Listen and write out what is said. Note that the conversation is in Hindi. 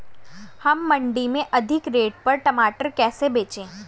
हम मंडी में अधिक रेट पर टमाटर कैसे बेचें?